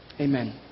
amen